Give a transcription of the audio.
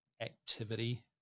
activity